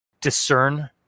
discern